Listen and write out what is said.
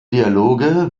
dialoge